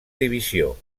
divisió